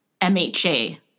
MHA